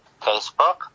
Facebook